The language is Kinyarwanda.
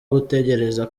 gutegereza